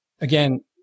Again